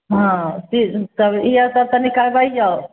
हँ तब एहै सब तनि करबैयो